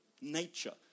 nature